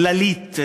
כללית,